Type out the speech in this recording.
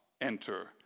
enter